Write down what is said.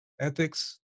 ethics